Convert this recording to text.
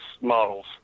models